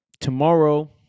tomorrow